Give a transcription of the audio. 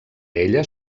ella